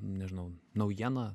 nežinau naujiena